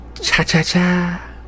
Cha-cha-cha